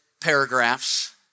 paragraphs